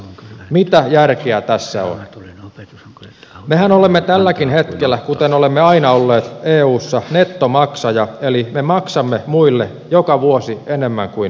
mitä järkeä tässä on että mehän olemme tälläkin hetkellä kuten olemme aina olla eussa nettomaksaja eli me maksamme muille joka vuosi enemmän kuin